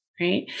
right